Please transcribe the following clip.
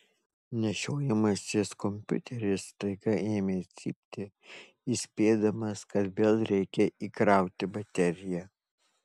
nešiojamasis kompiuteris staiga ėmė cypti įspėdamas kad vėl reikia įkrauti bateriją